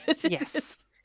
Yes